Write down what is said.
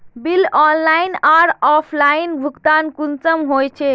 Bill online आर offline भुगतान कुंसम होचे?